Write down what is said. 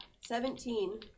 Seventeen